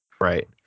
right